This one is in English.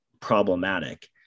problematic